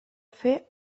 fer